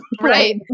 Right